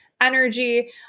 energy